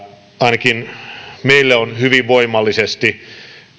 ainakin meille on hyvin voimallisesti